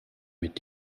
mit